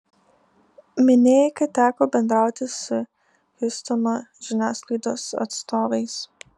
minėjai kad teko bendrauti su hjustono žiniasklaidos atstovais